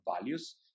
values